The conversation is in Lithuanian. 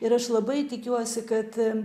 ir aš labai tikiuosi kad